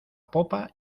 popa